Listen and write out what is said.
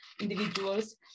individuals